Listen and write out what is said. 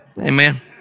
Amen